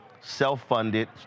self-funded